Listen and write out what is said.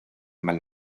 mal